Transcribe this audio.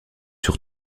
sur